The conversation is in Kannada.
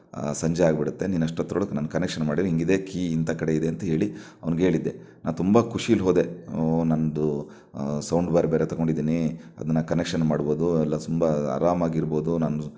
ಸಂಜೆ ಆಗಿಬಿಡತ್ತೆ ನೀನು ಅಷ್ಟೊತ್ರೊಳಗೆ ನನ್ನ ಕನೆಕ್ಷನ್ ಮಾಡಿ ಹಿಂಗೆ ಇದೆ ಕೀ ಇಂಥ ಕಡೆ ಇದೆ ಅಂತ ಹೇಳಿ ಅವ್ನ್ಗೆ ಹೇಳಿದ್ದೆ ನಾ ತುಂಬ ಖುಷೀಲಿ ಹೋದೆ ಓ ನನ್ನದು ಸೌಂಡ್ ಬಾರ್ ಬೇರೆ ತಗೊಂಡಿದ್ದೀನಿ ಅದನ್ನ ಕನೆಕ್ಷನ್ ಮಾಡ್ಬೋದು ಅಲ್ವ ತುಂಬ ಆರಾಮಾಗಿ ಇರ್ಬೋದು ನಾನು